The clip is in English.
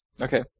Okay